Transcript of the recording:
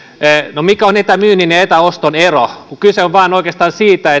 no mikä on etämyynnin ja etäoston ero kyse on oikeastaan vain siitä